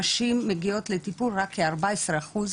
נשים מגיעות לטיפול רק כ-14 אחוז,